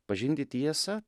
pažinti tiesą